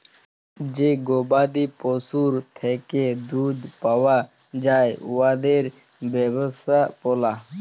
যে গবাদি পশুর থ্যাকে দুহুদ পাউয়া যায় উয়াদের ব্যবস্থাপলা